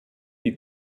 die